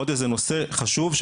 עוד נושא חשוב,